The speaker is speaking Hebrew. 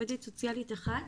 בעובדת סוציאלית אחת